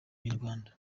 inyarwanda